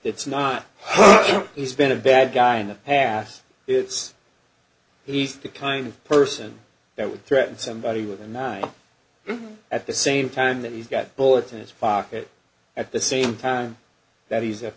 it's not he's been a bad guy in the past it's he's the kind of person that would threaten somebody with a knife at the same time that he's got bullets in his pocket at the same time that he's a